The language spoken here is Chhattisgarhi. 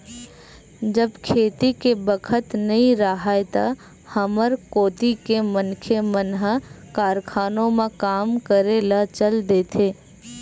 जब खेती के बखत नइ राहय त हमर कोती के मनखे मन ह कारखानों म काम करे ल चल देथे